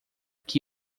que